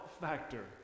factor